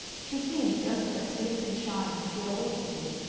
she seemed just as stiff and shy as a girl ought to be,